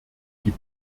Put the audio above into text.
die